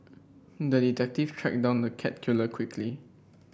the detective tracked down the cat killer quickly